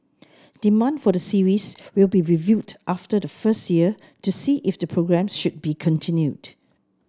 demand for the series will be reviewed after the first year to see if the programmes should be continued